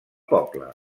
poble